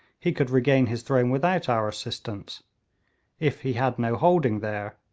he could regain his throne without our assistance if he had no holding there,